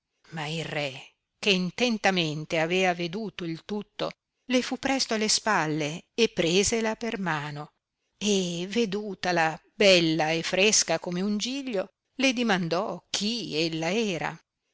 ma il re che intentamente avea veduto il tutto le fu presto alle spalle e prese la per mano e vedutala bella e fresca come un giglio le dimandò chi ella era